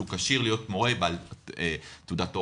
שהוא כשיר להיות מורה בעל תעודת הוראה,